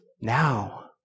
now